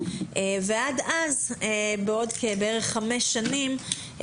ועד אז בעוד בערך חמש שנים,